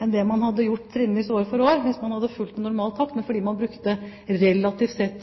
enn det man hadde gjort trinnvis år for år hvis man hadde fulgt normal takt, men fordi man hadde brukt relativt sett